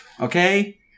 okay